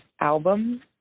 album